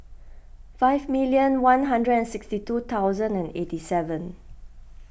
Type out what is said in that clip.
five million one hundred and sixty two thousand and eighty seven